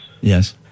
yes